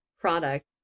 product